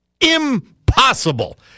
impossible